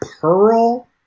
pearl